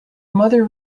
mother